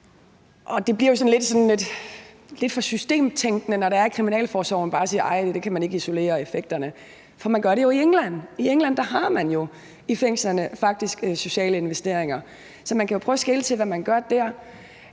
lidt for systemtænkende, når kriminalforsorgen bare siger, at nej, man kan ikke bare sådan isolere effekterne – for man gør det jo i England. I England har man i fængslerne faktisk sociale investeringer, så man kan jo prøve at skele til, hvad man gør der.